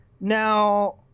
Now